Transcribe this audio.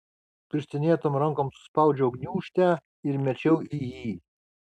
pirštinėtom rankom suspaudžiau gniūžtę ir mečiau į jį